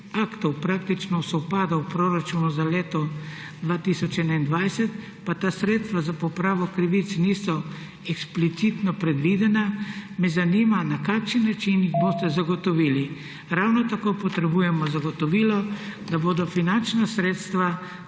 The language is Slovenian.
aktov praktično sovpada, v proračunu za leto 2021 pa ta sredstva za popravo krivic niso eksplicitno predvidena, me zanima: Na kakšen način jih boste zagotovili? Ravno tako potrebujemo zagotovilo, da bodo finančna sredstva